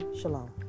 shalom